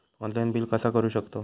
Online bill कसा करु शकतव?